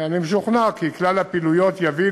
אני משוכנע כי כלל הפעילויות יביא